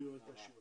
הישיבה נעולה.